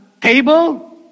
table